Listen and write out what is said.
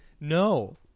No